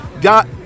Got